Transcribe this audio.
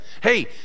hey